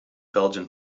belgian